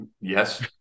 Yes